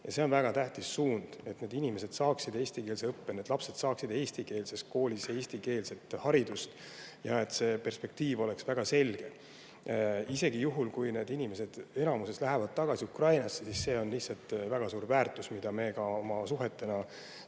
ja see on väga tähtis suund –, on [oluline], et need inimesed saaksid eesti keele õpet, et nende lapsed saaksid eestikeelses koolis eestikeelset haridust ja et see perspektiiv oleks väga selge. Isegi juhul, kui need inimesed enamuses lähevad tagasi Ukrainasse, on see lihtsalt väga suur väärtus, mida me oma suhete [abil]